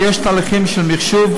ויש תהליכים של מחשוב,